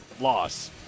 Loss